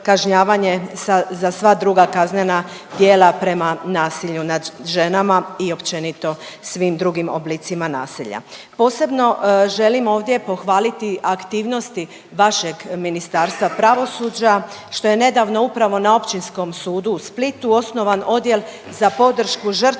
za sva druga kaznena djela prema nasilju nad ženama i općenito svim drugim oblicima nasilja. Posebno želim ovdje pohvaliti aktivnosti vašeg Ministarstva pravosuđa, što je nedavno upravo na Općinskom sudu u Splitu osnovan odjel za podršku žrtvama i